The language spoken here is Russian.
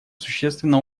существенно